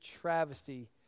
travesty